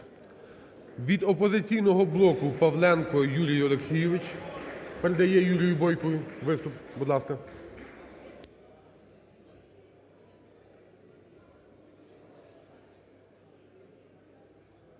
Від "Опозиційно блоку" Павленко Юрій Олексійович. Передає Юрію Бойку виступ. Будь ласка.